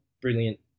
brilliant